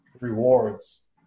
rewards